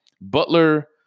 Butler